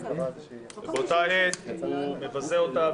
ובאותה העת הוא מבזה אותה.